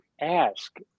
ask